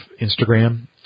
Instagram